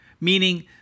meaning